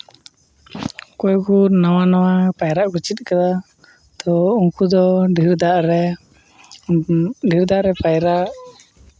ᱚᱠᱚᱭ ᱠᱚ ᱱᱟᱣᱟ ᱱᱟᱣᱟ ᱯᱟᱭᱨᱟᱜ ᱠᱚ ᱪᱮᱫ ᱠᱟᱫᱟ ᱛᱚ ᱩᱱᱠᱩ ᱫᱚ ᱰᱷᱮᱨ ᱫᱟᱜ ᱨᱮ ᱰᱷᱮᱨ ᱫᱟᱜ ᱨᱮ ᱯᱟᱭᱨᱟᱜ